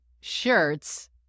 shirts